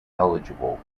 eligible